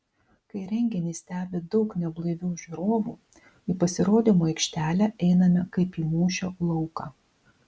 kai renginį stebi daug neblaivių žiūrovų į pasirodymo aikštelę einame kaip į mūšio lauką